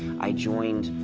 i joined.